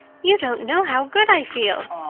you don't know how good i feel!